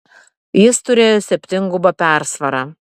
jis turėjo septyngubą persvarą